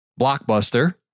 blockbuster